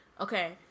Okay